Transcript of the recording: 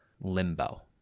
Limbo